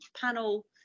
panel